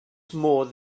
modd